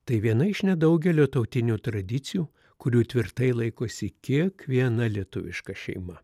tai viena iš nedaugelio tautinių tradicijų kurių tvirtai laikosi kiekviena lietuviška šeima